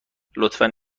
لطفا